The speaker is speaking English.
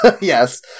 Yes